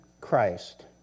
Christ